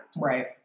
right